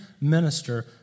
minister